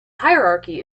hierarchy